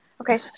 Okay